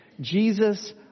Jesus